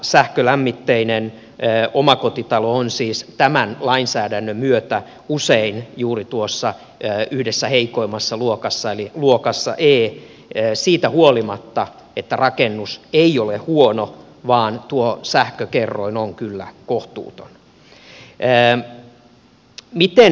sähkölämmitteinen omakotitalo on siis tämän lainsäädännön myötä usein juuri tuossa yhdessä heikoimmassa luokassa eli luokassa e siitä huolimatta että rakennus ei ole huono joten tuo sähkökerroin on kyllä kohtuuton